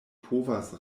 povas